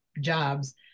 jobs